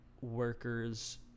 workers